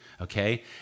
okay